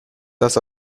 das